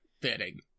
fitting